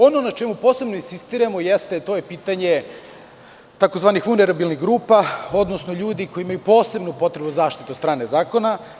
Ono na čemu posebno insistiramo jeste, a to je pitanje tzv. vulnerabilnih grupa, odnosno ljudi koji imaju posebnu potrebu zaštitu od strane zakona.